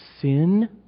sin